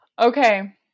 Okay